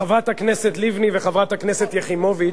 חברת הכנסת לבני וחברת הכנסת יחימוביץ,